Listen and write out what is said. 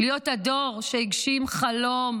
להיות הדור שהגשים חלום